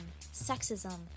Sexism